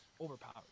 overpowered